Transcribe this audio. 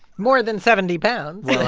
more than seventy pounds